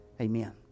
Amen